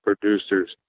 producers